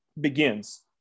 begins